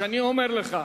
ואני אומר לך,